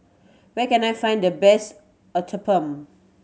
where can I find the best Uthapam